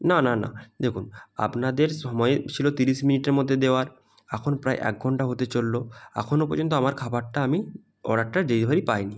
না না না দেখুন আপনাদের সময় ছিলো তিরিশ মিনিটের মধ্যে দেওয়ার এখন প্রায় এক ঘন্টা হতে চললো এখনো পর্যন্ত আমার খাবারটা আমি অর্ডারটা ডেলিভারি পাই নি